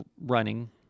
running